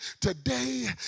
today